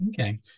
okay